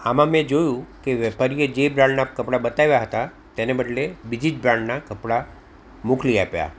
આમાં મેં જોયું કે વેપારીએ જે બ્રાન્ડના કપડા બતાવ્યા હતા તેને બદલે બીજી બ્રાન્ડના કપડા મોકલી આપ્યાં